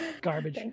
Garbage